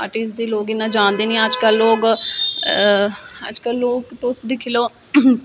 artist गी लोक इन्ना जांनदे नेईं हैन अजकल लोग अजकल लोक तुस दिक्खी लो